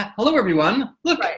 hello everyone, look!